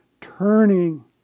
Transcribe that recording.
turning